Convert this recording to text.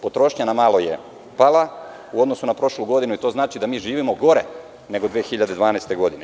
Potrošnja na malo je pala u odnosu na prošlu godinu i to znači da mi živimo gore nego u 2012. godini.